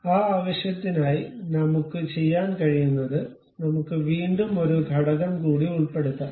ആ ആവശ്യത്തിനായി നമുക്ക് ചെയ്യാൻ കഴിയുന്നത് നമുക്ക് വീണ്ടും ഒരു ഘടകം കൂടി ഉൾപ്പെടുത്താം